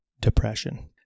depression